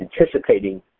anticipating